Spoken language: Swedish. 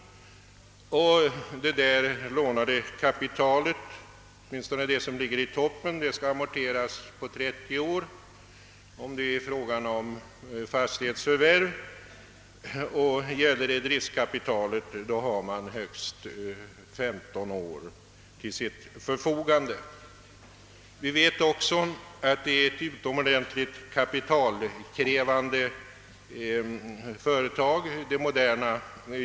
Detta lånade kapital, åtminstone det som ligger i toppen, skall amorteras på 35 år om det är fråga om fastighetsförvärv. Gäller det driftkapital har man högst 15 år till sitt förfogande. Vi vet också att ett modernt jordbruk är ett utomordentligt kapitalkrävande företag.